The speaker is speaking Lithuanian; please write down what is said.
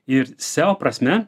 ir seo prasme